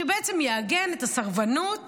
שיעגן את הסרבנות